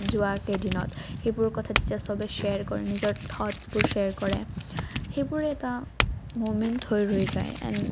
যোৱা কেইদিনত সেইবোৰ কথা তেতিয়া চবেই শ্বেয়াৰ কৰে নিজৰ থট্ছবোৰ শ্বেয়াৰ কৰে সেইবোৰ এটা ম'মেণ্ট হৈ ৰৈ যায় এন